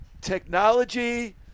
technology